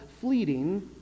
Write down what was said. fleeting